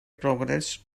progress